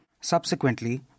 Subsequently